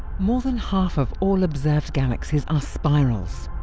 more than half of all observed galaxies are spirals.